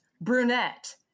brunette